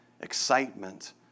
excitement